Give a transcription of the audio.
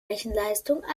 rechenleistung